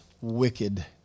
wicked